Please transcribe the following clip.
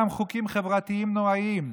גם חוקים חברתיים נוראיים,